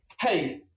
hey